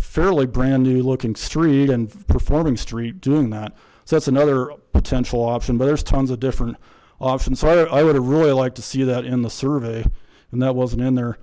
fairly brand new looking street and performing street doing that so that's another potential option but there's tons of different often so i would have really liked to see that in the survey and that wasn't in there